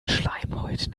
schleimhäuten